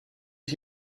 ich